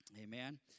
Amen